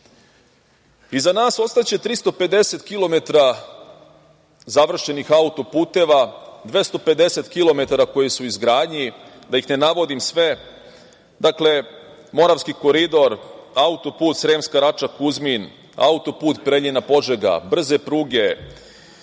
nas ostaće 350 kilometara završenih auto-puteva, 250 kilometara koji su u izgradnji, da ih ne navodim sve. Dakle, Moravski koridor, auto-put Sremska Rača - Kuzmin, auto-put Preljina-Požega, brze pruge